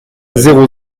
zéro